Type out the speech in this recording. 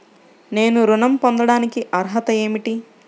నేను ఋణం పొందటానికి అర్హత ఏమిటి?